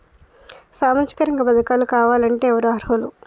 సామాజిక రంగ పథకాలు కావాలంటే ఎవరు అర్హులు?